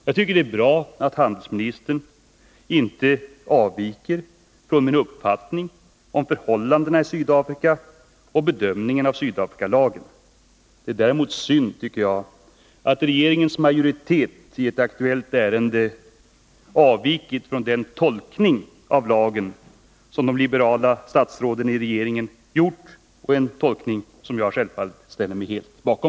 Jag tycker det är bra att handelsministern inte avviker från min uppfattning om förhållandena i Sydafrika eller från bedömningen av Sydafrikalagen. Det är däremot enligt min åsikt synd att regeringens majoritet i ett aktuellt ärende avvikit från den tolkning av lagen som de liberala statsråden i regeringen gjort — en tolkning som jag självfallet helt ställer mig bakom.